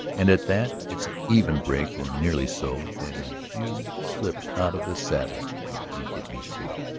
and, at that, it's an even break or nearly so, that as you slipped out of the saddle you'd get me, too.